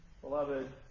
Beloved